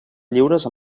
lliures